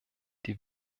die